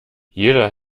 jeder